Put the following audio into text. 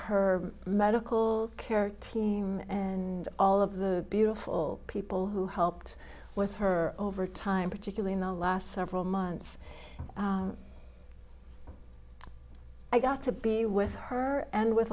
her medical care team and all of the beautiful people who helped with her over time particularly in the last several months i got to be with her and with